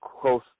close –